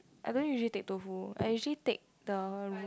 I don't usually take tofu I usually take the